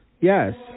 Yes